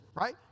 right